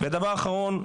דבר אחרון,